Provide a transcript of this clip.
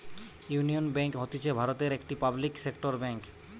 union bank হতিছে ভারতের একটি পাবলিক সেক্টর বেঙ্ক